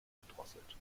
gedrosselt